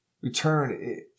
Return